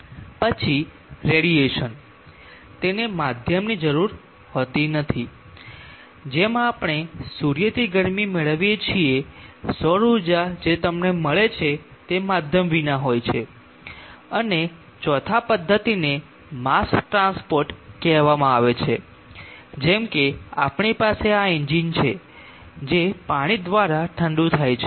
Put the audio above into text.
પછી રેડીએશન તેને માધ્યમની જરૂર હોતી નથી જેમ આપણે સૂર્યથી ગરમી મેળવીએ છીએ સૌર ઊર્જા જે તમને મળે છે તે માધ્યમ વિના હોય છે અને ચોથા પદ્ધતિને માસ ટ્રાન્સપોર્ટ કહેવામાં આવે છે જેમ કે આપણી પાસે આ એન્જિન છે જે પાણી દ્વારા ઠંડુ થાય છે